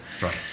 Right